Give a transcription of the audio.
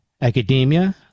academia